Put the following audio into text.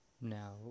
now